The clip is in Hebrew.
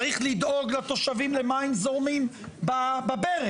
צריך לדאוג לתושבים למים זורמים בברז,